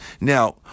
Now